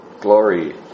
glory